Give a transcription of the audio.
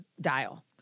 dial